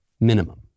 minimum